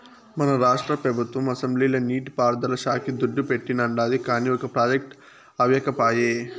మన రాష్ట్ర పెబుత్వం అసెంబ్లీల నీటి పారుదల శాక్కి దుడ్డు పెట్టానండాది, కానీ ఒక ప్రాజెక్టు అవ్యకపాయె